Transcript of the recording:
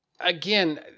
again